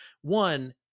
One